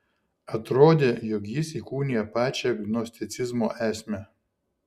atrodė jog jis įkūnija pačią gnosticizmo esmę